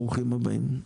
ברוכים הבאים.